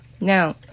Now